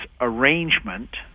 arrangement